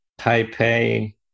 Taipei